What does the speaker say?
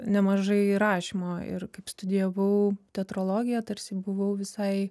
nemažai rašymo ir kaip studijavau tetrologiją tarsi buvau visai